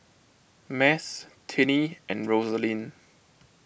Math Tinnie and Rosalind